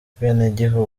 ubwenegihugu